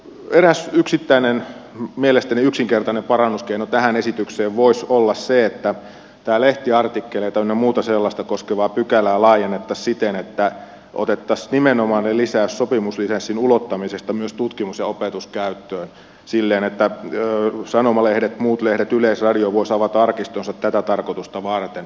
eräs yksittäinen mielestäni yksinkertainen parannuskeino tähän esitykseen voisi olla se että tätä lehtiartikkeleita ynnä muuta sellaista koskevaa pykälää laajennettaisiin siten että otettaisiin nimenomainen lisäys sopimuslisenssin ulottamisesta myös tutkimus ja opetuskäyttöön silleen että sanomalehdet muut lehdet yleisradio voisivat avata arkistonsa tätä tarkoitusta varten